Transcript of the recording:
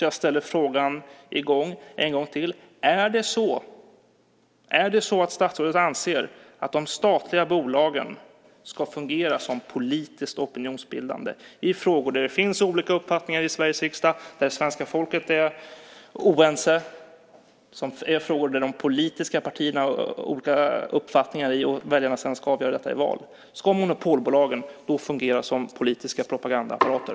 Jag ställer därför återigen frågan: Är det så att statsrådet anser att de statliga bolagen ska fungera som politiskt opinionsbildande i frågor där det finns olika uppfattningar i Sveriges riksdag och där svenska folket är oense - frågor där de politiska partierna har olika uppfattningar och där väljarna sedan avgör i val? Ska alltså monopolbolagen fungera som politiska propagandaapparater?